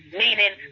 meaning